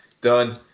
Done